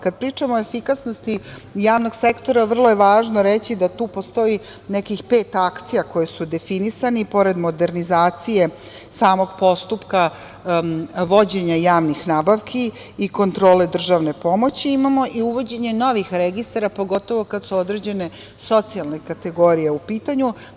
Kada pričamo o efikasnosti javnog sektora, vrlo je važno reći da tu postoji nekih pet akcija koje su definisane, pored modernizacije samog postupka vođenja javnih nabavki i kontrole državne pomoći, imamo i uvođenje novih registara pogotovo kada su određene socijalne kategorije u pitanju.